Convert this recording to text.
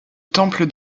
temple